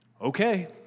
Okay